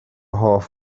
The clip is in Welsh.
hoff